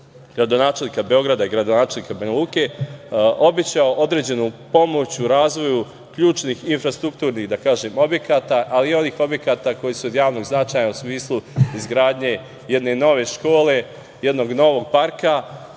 gradonačelnika Beograda i gradonačelnika Banja Luke, obećao određenu pomoć u razvoju ključnih infrastrukturnih objekata, ali i onih objekata koji su od javnog značaja u smislu izgradnje jedne nove škole, jednog novog parka